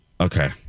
okay